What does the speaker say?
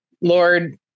Lord